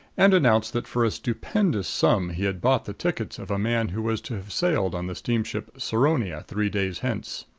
and announced that for a stupendous sum he had bought the tickets of a man who was to have sailed on the steamship saronia three days hence.